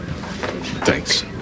Thanks